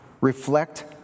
Reflect